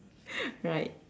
right